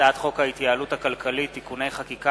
הצעת חוק ההתייעלות הכלכלית (תיקוני חקיקה